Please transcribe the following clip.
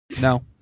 No